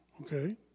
Okay